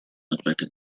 affected